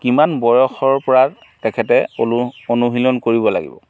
কিমান বয়সৰ পৰা তেখেতে অনু অনুশীলন কৰিব লাগিব